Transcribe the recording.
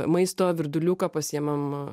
maisto virduliuką pasiimam